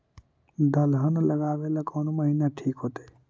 दलहन लगाबेला कौन महिना ठिक होतइ?